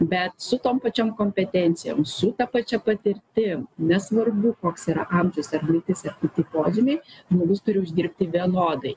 bet su tom pačiom kompetencijom su ta pačia patirtim nesvarbu koks yra amžius ar lytis ar kiti požymiai žmogus turi uždirbti vienodai